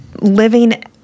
living